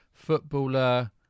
footballer